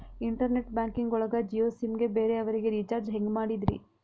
Internet banking ಒಳಗ Jio SIM ಗೆ ಬೇರೆ ಅವರಿಗೆ ರೀಚಾರ್ಜ್ ಹೆಂಗ್ ಮಾಡಿದ್ರಿ?